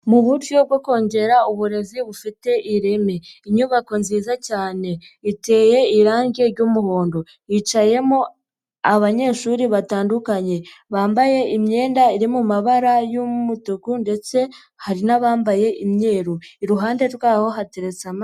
Mu buryo bwo kongera uburezi bufite ireme, inyubako nziza cyane iteye irangi ry'umuhondo, yicayemo abanyeshuri batandukanye bambaye imyenda iri mu mabara y'umutuku ndetse hari n'abambaye imyeru, iruhande rwaho hateretse amazi.